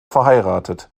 verheiratet